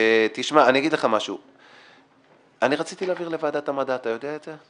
רציתי להעביר לוועדת המדע, אתה יודע את זה?